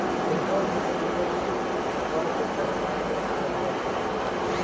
petrol diesel के कर से सरकार के आय बढ़ रहल बा